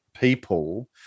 people